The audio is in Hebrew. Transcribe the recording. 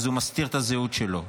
אז הוא מסתיר את הזהות שלו.